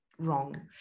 wrong